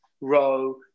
row